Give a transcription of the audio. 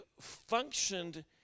functioned